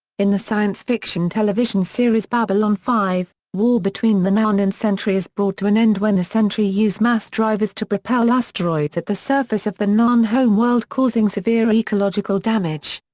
in the science fiction television series babylon five, war between the narn and centauri is brought to an end when the centauri use mass drivers to propel asteroids at the surface of the narn home world causing severe ecological damage.